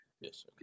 yes